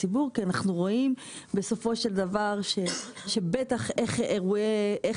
הציבור כי אנחנו רואים בסופו של דבר שבטח איך אירועי